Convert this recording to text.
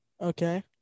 Okay